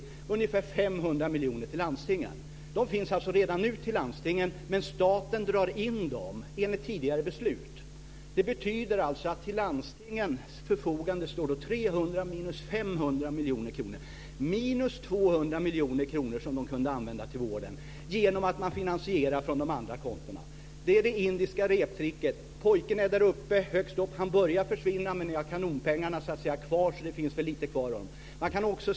Det är ungefär 500 miljoner till landstingen. De finns alltså redan nu för landstingen, men staten drar in dem enligt tidigare beslut. Det betyder att det till landstingens förfogande står 300 miljoner kronor minus 500 miljoner kronor, dvs. minus 200 miljoner kronor, som de kan använda till vården, genom att man finansierar från de andra kontona. Det är det indiska reptricket. Pojken är högst upp. Han börjar försvinna. Men ni har kanonpengarna kvar, så det finns väl lite kvar av honom.